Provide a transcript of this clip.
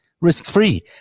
risk-free